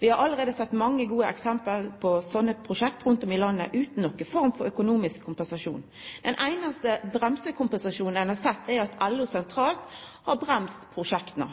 Vi har allereie sett mange gode eksempel på slike prosjekt rundt om i landet utan noka form for økonomisk kompensasjon. Den einaste bremsekompensasjonen ein har sett, er at LO sentralt har bremsa prosjekta.